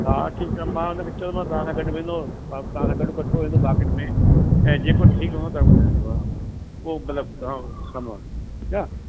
हा हा ठीकु आहे मां हुन खे चवंदोमांसि तव्हां सां गॾु वेंदो मां बि तव्हां सां गॾु कठो ईंदो मार्किट में ऐं जेको ठीकु हूंदो तव्हांखे ॿुधाइजो जेको आहे उहो मतलबु तव्हां ठीकु आहे